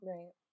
Right